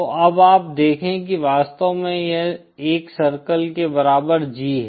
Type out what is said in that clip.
तो अब आप देखें कि वास्तव में यह 1 सर्कल के बराबर G है